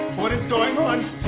what is going on?